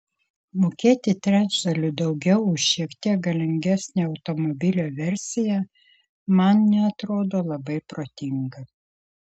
mokėti trečdaliu daugiau už šiek tiek galingesnę automobilio versiją man neatrodo labai protinga